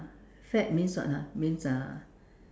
fad means what ah means uh